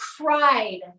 cried